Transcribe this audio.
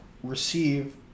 receive